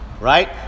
right